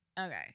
Okay